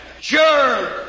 Sure